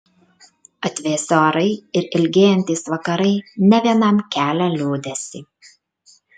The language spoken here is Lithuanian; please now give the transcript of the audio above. atvėsę orai ir ilgėjantys vakarai ne vienam kelia liūdesį